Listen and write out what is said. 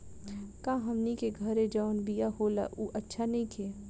का हमनी के घरे जवन बिया होला उ अच्छा नईखे?